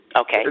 Okay